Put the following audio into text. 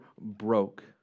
broke